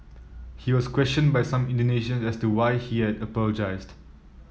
he was questioned by some Indonesian as to why he had apologised